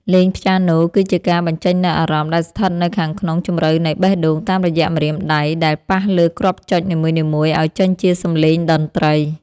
លេងព្យ៉ាណូគឺជាការបញ្ចេញនូវអារម្មណ៍ដែលស្ថិតនៅខាងក្នុងជម្រៅនៃបេះដូងតាមរយៈម្រាមដៃដែលប៉ះលើគ្រាប់ចុចនីមួយៗឱ្យចេញជាសម្លេងតន្ត្រី។